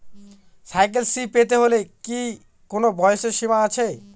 Cycle Shri পেতে হলে কি কোনো বয়সের সীমা আছে?